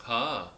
!huh!